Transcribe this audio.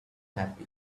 happy